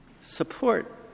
Support